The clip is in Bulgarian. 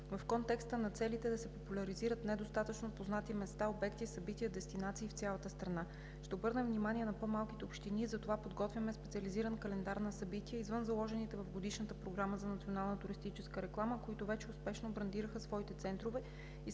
в контекста на целите да се популяризират недостатъчно познати места, обекти, събития, дестинации в цялата страна. Ще обърнем внимание на по-малките общини. Затова подготвяме специализиран календар на събития извън заложените в Годишната програма за национална туристическа реклама, които вече успешно брандираха своите центрове